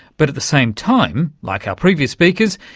but at the same time, like our previous speakers,